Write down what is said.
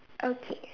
okay